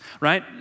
right